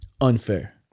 Unfair